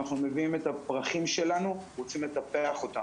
אנחנו מביאים את הפרחים שלנו, רוצים לטפח אותה.